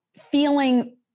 feeling